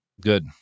Good